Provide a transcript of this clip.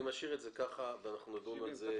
אני משאיר את זה ככה ואנחנו נדון על זה.